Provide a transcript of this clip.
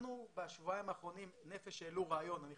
בשבועיים האחרונים "נפש בנפש" העלו רעיון מאוד